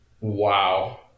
Wow